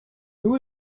who